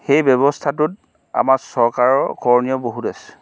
সেই ব্যৱস্থাটোত আমাৰ চৰকাৰৰ কৰণীয় বহুত আছে